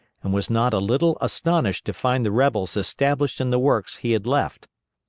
and was not a little astonished to find the rebels established in the works he had left.